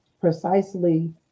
precisely